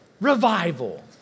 Revival